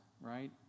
right